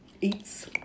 Eats